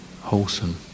wholesome